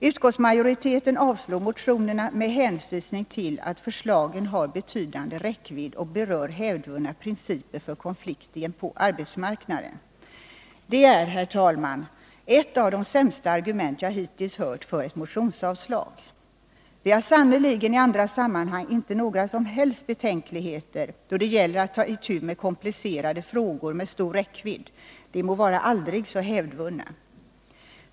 Utskottsmajoriteten avstyrker motionerna med hänvisning till att förslagen har betydande räckvidd och berör hävdvunna principer för konflikter på arbetsmarknaden. Det är, herr talman, ett av de sämsta argument jag hittills hört för ett motionsavslag. Vi har sannerligen i andra sammanhang inte några som helst betänkligheter då det gäller att ta itu med komplicerade frågor med stor räckvidd, de må vara aldrig så hävdvunna.